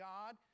God